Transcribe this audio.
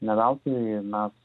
ne veltui mes